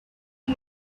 had